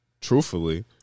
Truthfully